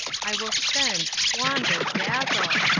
i will spend, squander, dazzle.